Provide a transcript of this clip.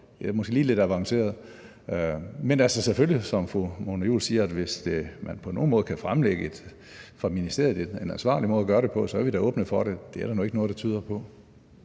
lige er lidt avanceret. Men altså, selvfølgelig, som fru Mona Juul siger, hvis man på nogen måde fra ministeriets side kan fremlægge en ansvarlig måde at gøre det på, så er vi da åbne for det. Det er der nu ikke noget, der tyder på.